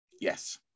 yes